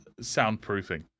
soundproofing